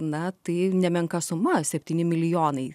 na tai nemenka suma septyni milijonai